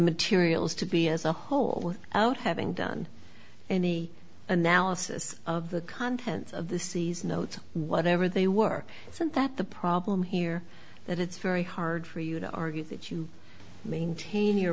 materials to be as a whole with out having done any analysis of the contents of the season notes whatever they were sent that the problem here that it's very hard for you to argue that you maintain your